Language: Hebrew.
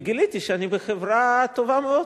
וגיליתי שאני בחברה טובה מאוד.